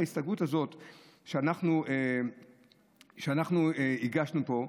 בהסתייגות הזו שאנחנו הגשנו פה,